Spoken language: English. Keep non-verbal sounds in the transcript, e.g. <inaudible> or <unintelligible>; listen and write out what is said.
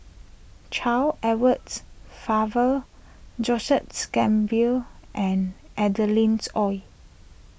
Charles Edwards Faber Joseph's <unintelligible> and Adeline's Ooi